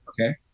Okay